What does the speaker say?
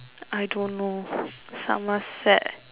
I don't know Somerset